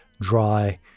dry